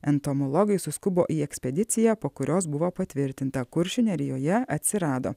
entomologai suskubo į ekspediciją po kurios buvo patvirtinta kuršių nerijoje atsirado